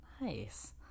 Nice